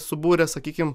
subūrė sakykim